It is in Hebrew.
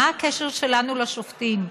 מה הקשר שלנו לשופטים?